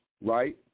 right